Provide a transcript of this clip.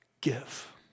give